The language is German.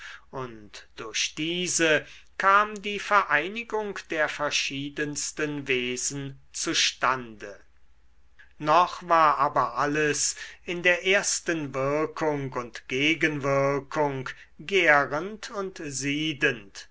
und durch diese kam die vereinigung der verschiedensten wesen zustande noch war aber alles in der ersten wirkung und gegenwirkung gärend und siedend